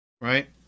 right